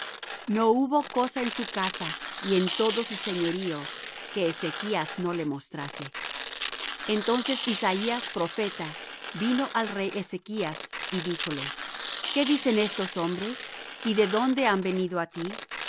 no hubo cosa en su casa y en todo su señorío que ezechas no les mostrase entonces isaías profeta vino al rey ezechas y díjole qué dicen estos hombres y de dónde han venido á ti